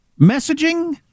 messaging